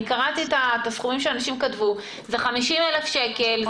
קראתי את הסכומים שאנשים כתבו זה 50,000 שקל,